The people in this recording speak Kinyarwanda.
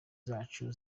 zacu